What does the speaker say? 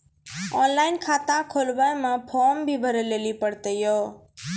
Online खाता खोलवे मे फोर्म भी भरे लेली पड़त यो?